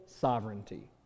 sovereignty